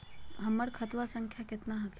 हमर खतवा संख्या केतना हखिन?